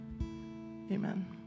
Amen